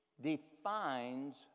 defines